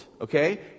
okay